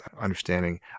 understanding